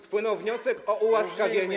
Wpłynął wniosek o ułaskawienie.